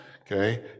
okay